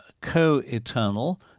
co-eternal